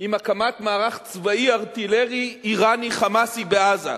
עם הקמת מערך צבאי ארטילרי אירני "חמאסי" בעזה.